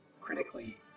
Critically